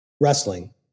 wrestling